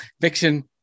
fiction